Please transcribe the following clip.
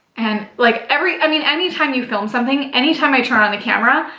and like every i mean, anytime you film something, anytime i turn on the camera,